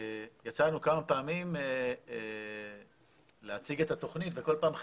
יצא לנו כמה פעמים להציג את התוכנית וכל פעם חיכיתי,